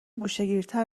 گوشهگیرتر